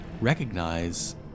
recognize